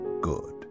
good